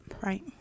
Right